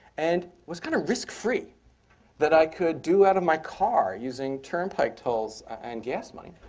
and was kind of risk free that i could do out of my car using turnpike tolls and gas money.